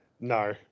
No